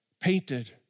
painted